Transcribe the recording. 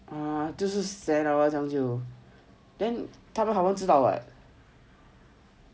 这样就 sey liao 这样就 then 他们 confirm 知道 [what]